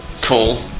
call